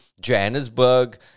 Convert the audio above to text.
Johannesburg